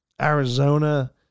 Arizona